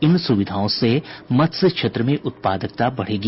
इन सुविधाओं से मत्स्य क्षेत्र में उत्पादकता बढ़ेगी